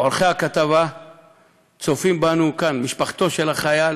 עורכי הכתבה צופים בנו כאן, משפחתו של החייל,